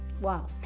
Wow